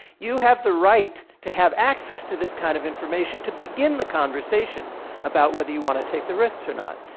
you have the right to have access to this kind of information to begin the conversation about whether you want to take the risks or not.